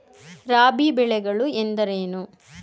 ರಾಬಿ ಬೆಳೆಗಳು ಎಂದರೇನು?